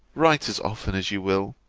write as often as you will,